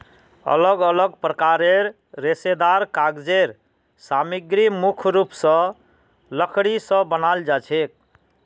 अलग अलग प्रकारेर रेशेदार कागज़ेर सामग्री मुख्य रूप स लकड़ी स बनाल जाछेक